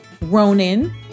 Ronan